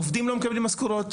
עובדים לא מקבלים משכורות,